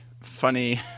funny